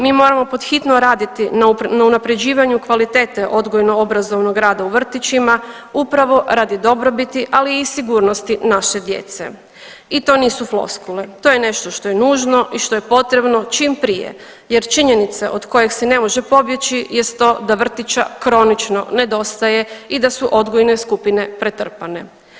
Mi moramo pod hitno raditi na unapređivanju kvalitete odgojno obrazovnog rada u vrtićima upravo radi dobrobiti, ali i sigurnosti naše djece i to nisu floskule, to je nešto što je nužno i što je potrebno čim prije jer činjenice od koje se ne može pobjeći jest to da vrtića kronično nedostaje i da su odgojne skupine pretrpane.